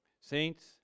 Saints